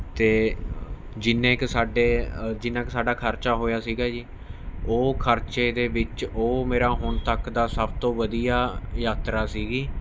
ਅਤੇ ਜਿੰਨੇ ਕੁ ਸਾਡੇ ਜਿੰਨਾ ਕੁ ਸਾਡਾ ਖਰਚਾ ਹੋਇਆ ਸੀਗਾ ਜੀ ਉਹ ਖਰਚੇ ਦੇ ਵਿੱਚ ਉਹ ਮੇਰਾ ਹੁਣ ਤੱਕ ਦੀ ਸਭ ਤੋਂ ਵਧੀਆ ਯਾਤਰਾ ਸੀਗੀ